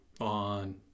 on